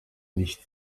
nicht